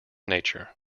nature